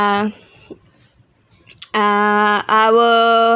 uh uh our